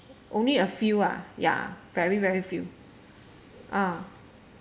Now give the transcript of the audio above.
only a few ah ya very very few ah